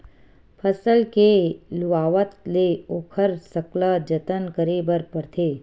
फसल के लुवावत ले ओखर सकला जतन करे बर परथे